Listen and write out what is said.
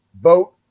Vote